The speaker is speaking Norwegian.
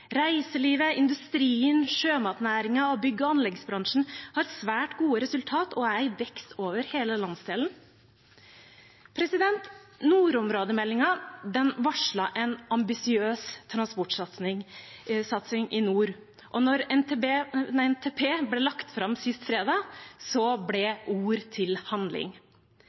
Reiselivet, industrien, sjømatnæringen og bygg- og anleggsbransjen har svært gode resultat og er i vekst over hele landsdelen. Nordområdemeldingen varslet en ambisiøs transportsatsing i nord, og da NTP ble lagt fram sist fredag, ble ord til handling.